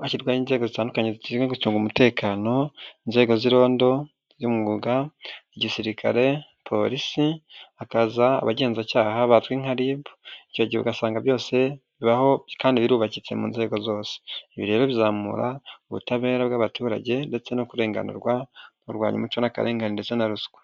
hashyirwaho inzego zitandukanye zishinzwe gucunga umutekano. Inzego z'irondo ry'umwuga, gisirikare, polisi, hakaza abagenzacyaha bazwi nka RIB. Icyo gihe ugasanga byose bibaho kandi birubakitse mu nzego zose. Ibi rero bizamura ubutabera bw'abaturage ndetse no kurenganurwa mukurwanya umuco n'akarengane ndetse na ruswa.